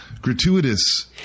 gratuitous